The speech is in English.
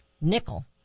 nickel